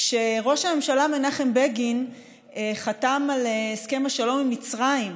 כשראש הממשלה מנחם בגין חתם על הסכם השלום עם מצרים,